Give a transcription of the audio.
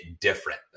different